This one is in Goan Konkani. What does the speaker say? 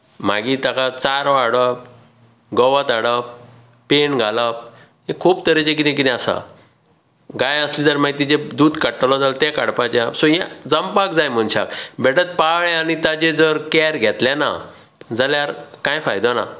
मागीर ताका चारो हाडप गवत हाडप पेंड घालप हें खूब तरेचें कितें कितें आसा गाय आसली जाल्यार तिचें दूद काडटलो जाल्यार तें काडपाचें सो हें जमपाक जाय मनशाक बेठेंच पाळ्ळें आनी ताची जर केर घेतलें ना जाल्यार कांय फायदो ना